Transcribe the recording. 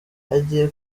hagiye